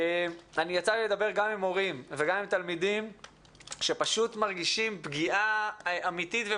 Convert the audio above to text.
יצא לי לדבר עם מורים ותלמידים שמרגישים פגיעה ממשית ואמיתית.